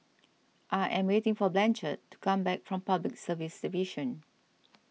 I am waiting for Blanchard to come back from Public Service Division